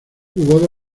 jugó